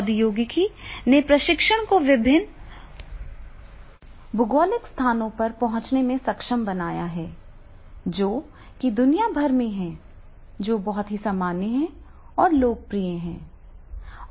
प्रौद्योगिकी ने प्रशिक्षण को विभिन्न भौगोलिक स्थानों पर पहुंचाने में सक्षम बनाया है जो कि दुनिया भर में है जो बहुत ही सामान्य और लोकप्रिय हो गया है